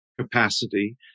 capacity